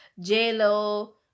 J-Lo